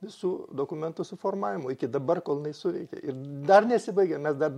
visų dokumentų suformavimo iki dabar kol jinai suveikė ir dar nesibaigė mes dar